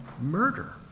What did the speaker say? murder